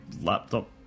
laptop